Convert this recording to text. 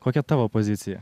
kokia tavo pozicija